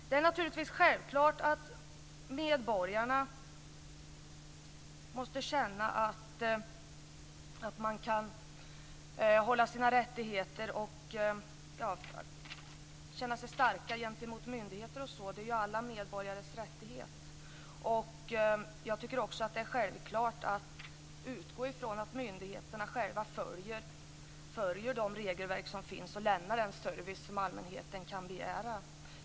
Det är naturligtvis självklart att medborgarna skall kunna känna sig starka gentemot myndigheter och liknande. Det är ju alla medborgares rättighet. Jag tycker också att det är självklart att utgå ifrån att myndigheterna själva följer de regelverk som finns och lämnar den service som allmänheten kan begära.